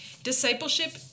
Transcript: Discipleship